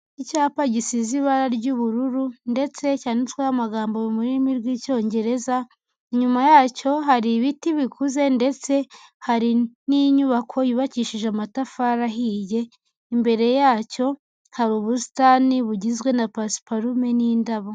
Icyapa gisize ibara ry'ubururu ndetse cyanditsweho amagambo mu rurimi rw'Icyongereza, inyuma yacyo hari ibiti bikuze ndetse hari n'inyubako yubakishije amatafari ahiye, imbere yacyo hari ubusitani bugizwe na pasiparume n'indabo.